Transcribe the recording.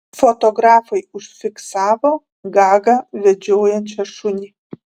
fotografai užfiksavo gagą vedžiojančią šunį